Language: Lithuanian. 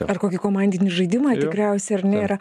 ar kokį komandinį žaidimą tikriausiai ar ne yra